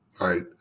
right